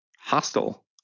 hostile